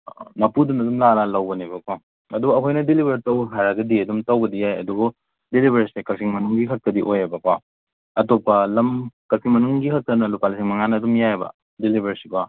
ꯃꯄꯨꯗꯨꯅ ꯑꯗꯨꯝ ꯂꯥꯛꯑ ꯂꯥꯛꯑꯒ ꯂꯧꯕꯅꯦꯕꯀꯣ ꯑꯗꯣ ꯑꯩꯈꯣꯏꯅ ꯗꯤꯂꯤꯚꯔ ꯇꯧ ꯍꯥꯏꯔꯒꯗꯤ ꯑꯗꯨꯝ ꯇꯧꯕꯗꯤ ꯌꯥꯏ ꯑꯗꯨꯕꯨ ꯗꯤꯂꯤꯚꯔ ꯁꯦ ꯀꯛꯆꯤꯡ ꯃꯅꯨꯡꯒꯤ ꯈꯛꯇꯗꯤ ꯑꯣꯏꯌꯦꯕꯀꯣ ꯑꯇꯣꯞꯄ ꯂꯝ ꯀꯛꯆꯤꯡ ꯃꯅꯨꯡꯒꯤ ꯈꯛꯇꯅ ꯂꯨꯄꯥ ꯂꯤꯁꯤꯡ ꯃꯉꯥꯅ ꯑꯗꯨꯝ ꯌꯥꯏꯑꯕ ꯗꯦꯂꯤꯚꯔꯁꯦ ꯀꯣ